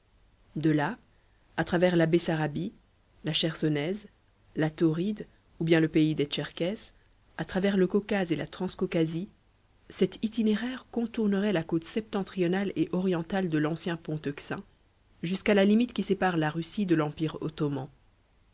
de là à travers la bessarabie la chersonèse la tauride ou bien le pays des tcherkesses à travers le caucase et la transcaucasie cet itinéraire contournerait la côte septentrionale et orientale de l'ancien pont euxin jusqu'à la limite qui sépare la russie de l'empire ottoman